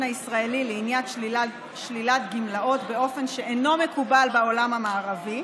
הישראלי לעניין שלילת גמלאות באופן שאינו מקובל בעולם המערבי.